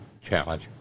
Challenge